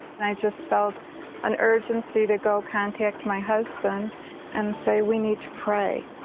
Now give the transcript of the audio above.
and i just felt an urgency to go contact my husband and say, we need to pray.